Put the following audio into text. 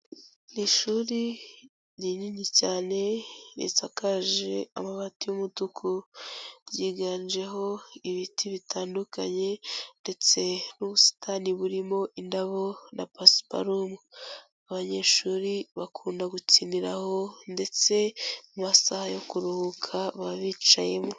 Iri shuri rinini cyane, risakaje amabati y'umutuku, ryiganjeho ibiti bitandukanye ndetse n'ubusitani burimo indabo na pasiparumu. Abanyeshuri bakunda gukiniraho ndetse mu masaha yo kuruhuka baba bicayemo.